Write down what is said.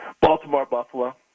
Baltimore-Buffalo